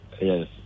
Yes